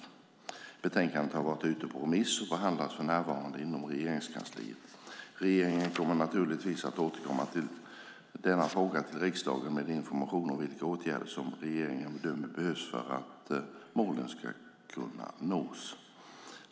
Betänkandet har varit ute på remiss och behandlas för närvarande inom Regeringskansliet. Regeringen kommer naturligtvis att i denna fråga återkomma till riksdagen med information om vilka åtgärder som regeringen bedömer behövs för att målen ska kunna nås.